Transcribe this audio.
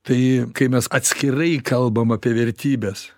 tai kai mes atskirai kalbam apie vertybes